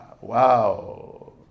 Wow